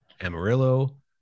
Amarillo